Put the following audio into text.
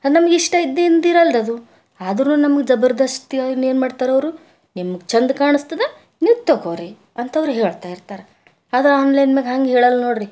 ಅದು ನಮಗೆ ಇಷ್ಟ ಇದ್ದಿನ್ದಿರಲ್ದದು ಆದ್ರೂ ನಮಗೆ ಜಬರ್ದಸ್ತಾಯಿನ್ ಏನು ಮಾಡ್ತಾರವರು ನಿಮಗೆ ಚೆಂದ ಕಾಣಿಸ್ತದೆ ನೀವು ತಗೋರಿ ಅಂತಾವ್ರು ಹೇಳ್ತಾಯಿರ್ತಾರೆ ಆದ್ರೆ ಆನ್ಲೈನ್ ಮೆಗ ಹಂಗೆ ಹೇಳಲ್ಲ ನೋಡ್ರಿ